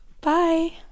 Bye